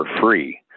free